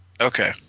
Okay